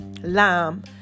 lime